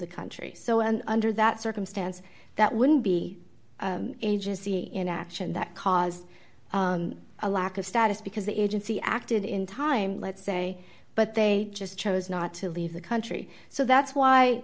the country so and under that circumstance that wouldn't be agency in action that caused a lack of status because the agency acted in time let's say but they just chose not to leave the country so that's why